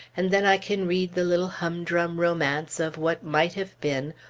and then i can read the little humdrum romance of what might have been,